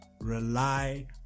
Rely